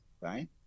right